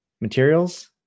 Materials